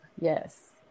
Yes